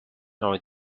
nor